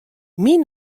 myn